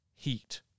heat